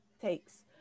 takes